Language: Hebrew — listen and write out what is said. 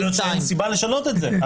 יכול להיות שאין סיבה לשנות את זה,